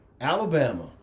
Alabama